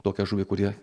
tokią žuvį kurie